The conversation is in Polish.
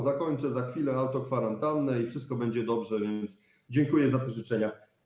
Zakończę za chwilę autokwarantannę i wszystko będzie dobrze, więc dziękuję za te życzenia.